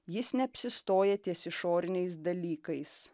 jis neapsistoja ties išoriniais dalykais